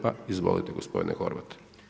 Pa izvolite gospodine Horvat.